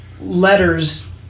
letters